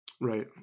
Right